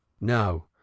no